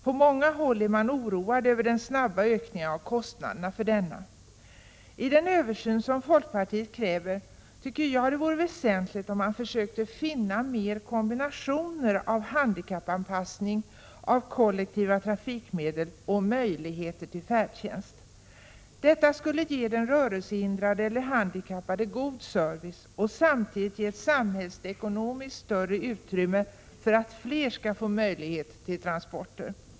På många håll är man oroad över den snabba ökningen av kostnaderna för denna. I den översyn som folkpartiet kräver vore det väsentligt att man försökte finna mer kombinationer av handikappanpassning av kollektiva trafikmedel och möjligheter till färdtjänst. Detta skulle ge den rörelsehindrade eller handikappade god service och samtidigt skapa ett samhällsekonomiskt större utrymme för att fler skall få möjlighet till transporter.